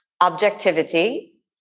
objectivity